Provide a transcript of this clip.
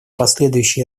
последующие